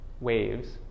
waves